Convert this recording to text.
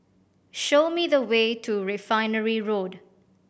show me the way to Refinery Road